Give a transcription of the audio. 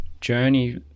journey